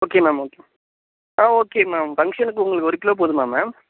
okay ma'am okay ma'am ஆ okay ma'am பங்க்ஷனுக்கு உங்களுக்கு ஒரு கிலோ போதுமா மேம்